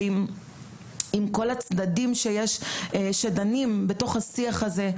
ויחד עם כל הצדדים שדנים בשיח הזה,